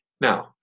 Now